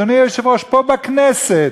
אדוני היושב-ראש, פה בכנסת,